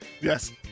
Yes